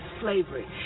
slavery